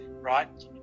right